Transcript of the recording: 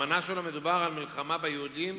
ובאמנה שלו מדובר על מלחמה ביהודים,